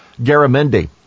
Garamendi